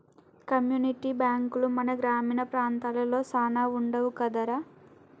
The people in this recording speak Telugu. కమ్యూనిటీ బాంకులు మన గ్రామీణ ప్రాంతాలలో సాన వుండవు కదరా